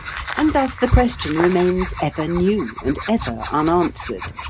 and thus the question remains ever new, and ever unanswered,